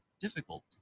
difficult